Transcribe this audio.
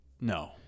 no